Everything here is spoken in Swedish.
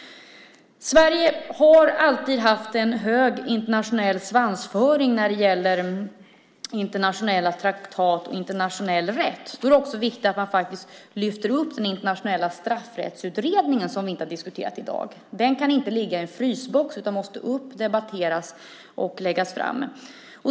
Sverige har alltid haft en hög svansföring när det gäller internationella traktat och internationell rätt. Därför är det viktigt att man faktiskt lyfter upp den internationella straffrättsutredningen som vi inte har diskuterat i dag. Den kan inte ligga i en frysbox utan måste upp, debatteras och läggas fram.